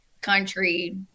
country